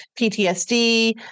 PTSD